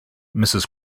mrs